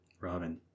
Robin